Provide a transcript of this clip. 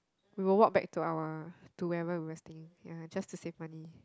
we will walk back to our to wherever we resting ya just to save money